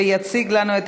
התשע"ז 2017,